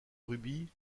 rubis